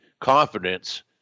confidence